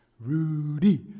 Rudy